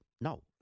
no